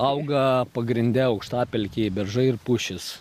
auga pagrinde aukštapelkėj beržai ir pušys